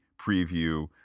preview